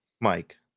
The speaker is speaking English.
Mike